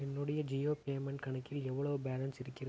என்னுடைய ஜியோ பேமெண்ட் கணக்கில் எவ்வளவு பேலன்ஸ் இருக்கிறது